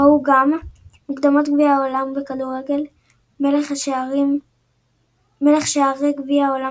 ראו גם מוקדמות גביע העולם בכדורגל מלך שערי גביע העולם